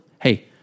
Hey